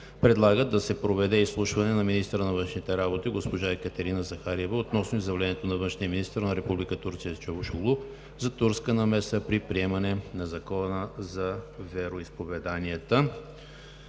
предлагат да се проведе изслушване на министъра на външните работи госпожа Екатерина Захариева относно изявлението на външния министър на Република Турция Чавушоглу за турска намеса при приемане на Закона за вероизповеданията.